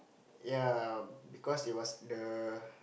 ya because it was the